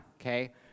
okay